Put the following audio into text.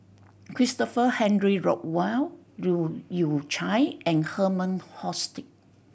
Christopher Henry Rothwell Leu Yew Chye and Herman Hochstadt